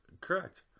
Correct